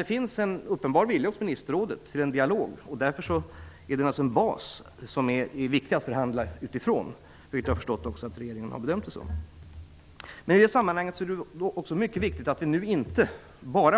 Det finns en uppenbar vilja hos ministerrådet till en dialog. Därför är förslaget en bas som det är viktigt att förhandla utifrån. Såvitt jag har förstått har också regeringen bedömt det så. I detta sammanhang är det också mycket viktigt att vi nu inte